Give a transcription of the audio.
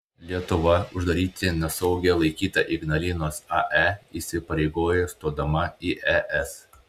lietuva uždaryti nesaugia laikytą ignalinos ae įsipareigojo stodama į es